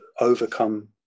overcome